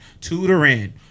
tutoring